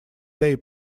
day